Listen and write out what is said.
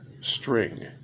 string